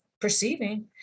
perceiving